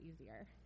easier